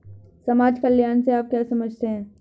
समाज कल्याण से आप क्या समझते हैं?